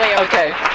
Okay